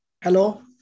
hello